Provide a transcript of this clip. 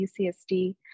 UCSD